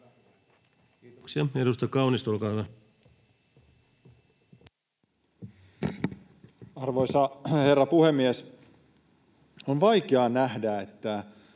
Kiitoksia. — Edustaja Kaunisto, olkaa hyvä. Arvoisa herra puhemies! On vaikea nähdä, että